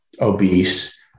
obese